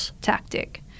tactic